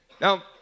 Now